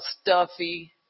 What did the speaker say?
stuffy